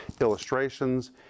illustrations